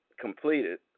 completed